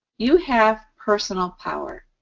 you have personal power.